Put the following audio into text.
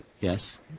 Yes